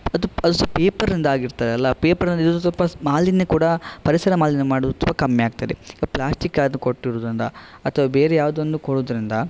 ಅದು ಸಹ ಪೇಪರಿಂದ ಆಗಿರ್ತದೆ ಅಲ್ಲ ಪೇಪರಿಂದ ಇದು ಸ್ವಲ್ಪ ಮಾಲಿನ್ಯ ಕೂಡ ಪರಿಸರ ಮಾಲಿನ್ಯ ಮಾಡುವುದು ತುಂಬ ಕಮ್ಮಿ ಆಗ್ತದೆ ಈಗ ಪ್ಲಾಸ್ಟಿಕ್ ಆದ ಕೊಟ್ಟಿರೋದರಿಂದ ಅಥವಾ ಬೇರೆ ಯಾವುದೋ ಒಂದು ಕೊಡೋದರಿಂದ